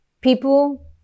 people